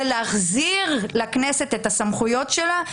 חוק ומשפט זה להחזיר לכנסת את הסמכויות שלה.